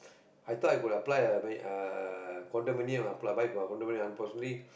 I thought I could apply uh ah condominium apply by for condominium unfortunately